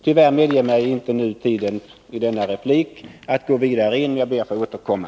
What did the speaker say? Tyvärr medger inte tiden att jag i denna replik går vidare. Jag ber att få återkomma.